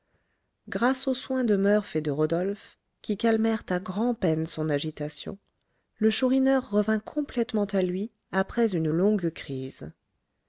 grâce au soin de murph et de rodolphe qui calmèrent à grand-peine son agitation le chourineur revint complètement à lui après une longue crise